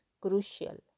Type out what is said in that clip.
crucial